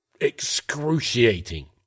excruciating